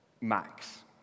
Max